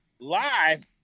Live